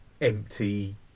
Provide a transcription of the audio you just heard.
empty